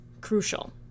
crucial